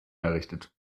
errichtet